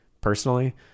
Personally